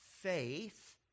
faith